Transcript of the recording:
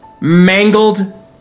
mangled